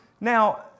Now